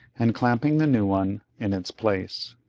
and clapping the new one in its place.